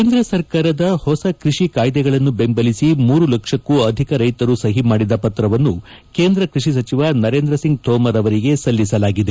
ಕೇಂದ್ರ ಸರ್ಕಾರದ ಹೊಸ ಕೃಷಿ ಕಾಯ್ಲೆಗಳನ್ನು ಬೆಂಬಲಿಸಿ ಮೂರು ಲಕ್ಷಕೂ ಅಧಿಕ ರೈತರು ಸಹಿ ಮಾಡಿದ ಪತ್ರವನ್ನು ಕೇಂದ್ರ ಕೃಷಿ ಸಚಿವ ನರೇಂದ್ರ ಸಿಂಗ್ ತೋಮರ್ ಅವರಿಗೆ ಸಲ್ಲಿಸಲಾಗಿದೆ